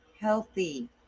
healthy